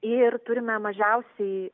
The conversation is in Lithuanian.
ir turime mažiausiai